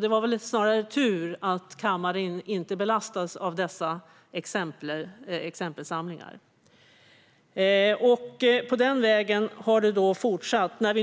Det var snarare tur att kammaren inte belastades med dessa exempelsamlingar. Och på den vägen har det fortsatt.